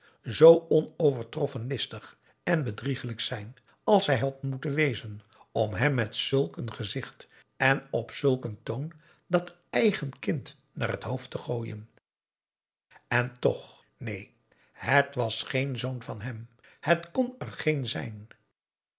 zoo onovertroffen listig en bedriegelijk zijn als zij had moeten wezen om hem met zulk een gezicht en op zulk een toon dat eigen kind naar t hoofd te gooien en toch neen het was geen zoon van hem het kon er geen zijn